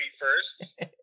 first